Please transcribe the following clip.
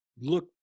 look